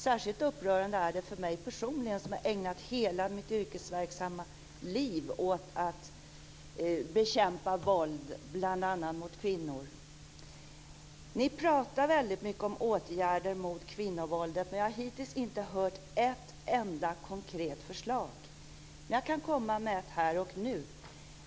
Särskilt upprörande är det för mig personligen, som har ägnat hela mitt yrkesverksamma liv åt att bekämpa våld bl.a. mot kvinnor. Ni pratar mycket om åtgärder mot kvinnovåldet, men jag har hittills inte hört ett enda konkret förslag. Men jag kan komma med ett förslag här och nu.